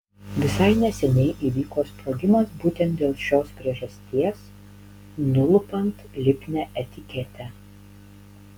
visai neseniai įvyko sprogimas būtent dėl šios priežasties nulupant lipnią etiketę